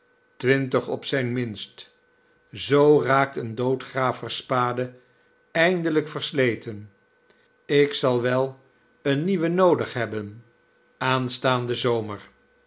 twintig op zijn minst zoo raakt een doodgravers spade eindelijk versleten ik zal wel eene nieuwe noodig hebben aanstaanden zomer